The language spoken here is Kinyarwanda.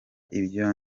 ibyo